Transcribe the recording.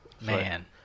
Man